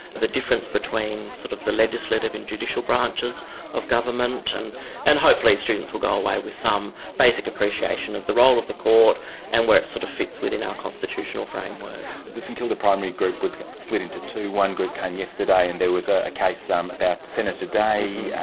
the difference between sort of the legislative and judicial branches of government, and and hopefully students will go away with some basic appreciation of the role of the court and where it sort of fits within our constitutional framework. the saint kilda primary group was kind of split into two, one group came yesterday, and there was a case about senator day.